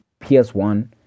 PS1